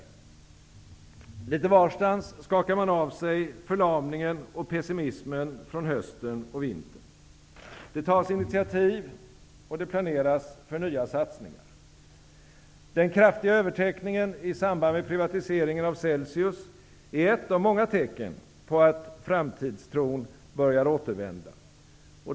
Litet varstans skakar man av sig förlamningen och pessimismen från hösten och vintern. Det tas initiativ, och det planeras för nya satsningar. Den kraftiga överteckningen i samband med privatiseringen av Celsius är ett av många tecken på att framtidstron börjar återvända.